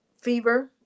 fever